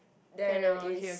there is